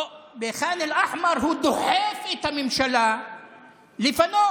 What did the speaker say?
בח'אן אל-אחמר הוא דוחף את הממשלה לפנות.